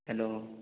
hello